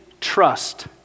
trust